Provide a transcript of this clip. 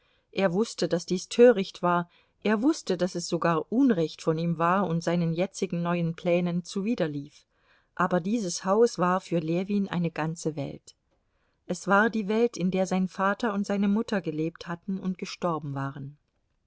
er wußte daß dies töricht war er wußte daß es sogar unrecht von ihm war und seinen jetzigen neuen plänen zuwiderlief aber dieses haus war für ljewin eine ganze welt es war die welt in der sein vater und seine mutter gelebt hatten und gestorben waren